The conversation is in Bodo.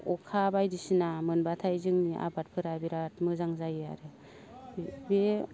अखा बायदिसिना मोनब्लाथाय जोंनि आबादफोरा बिराद मोजां जायो आरो बे